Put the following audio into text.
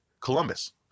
Columbus